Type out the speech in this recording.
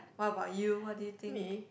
what about you what do you think